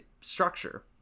structure